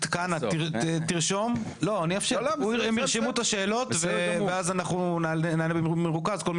מבקש שתרשמו את השאלות ותענו במרוכז.